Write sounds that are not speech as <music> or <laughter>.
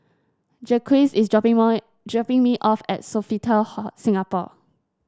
Jaquez is dropping <unintelligible> dropping me off at Sofitel Hall Singapore